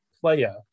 player